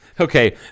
Okay